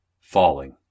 Falling